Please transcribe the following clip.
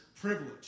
privilege